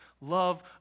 love